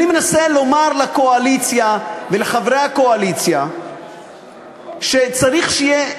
אני מנסה לומר לחברי הקואליציה שצריך שיהיה,